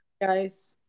guys